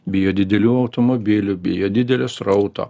bijo didelių automobilių bijo didelio srauto